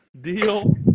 deal